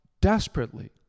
desperately